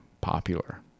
popular